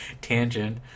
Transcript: Tangent